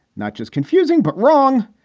not just confusing, but wrong.